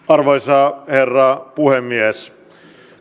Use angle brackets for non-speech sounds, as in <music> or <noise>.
<unintelligible> arvoisa herra puhemies